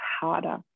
harder